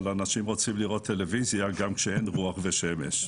אבל אנשים רוצים לראות טלוויזיה גם כשאין רוח ושמש.